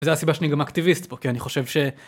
זה הסיבה שאני גם אקטיביסט פה, כי אני חושב ש...